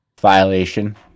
violation